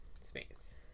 space